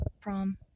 Prom